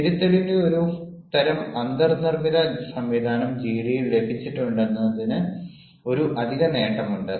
തിരുത്തലിന്റെ ഒരുതരം അന്തർനിർമ്മിത സംവിധാനം ജിഡിയിൽ ലഭിച്ചിട്ടുണ്ടെന്നതിന് ഒരു അധിക നേട്ടമുണ്ട്